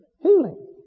healing